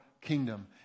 kingdom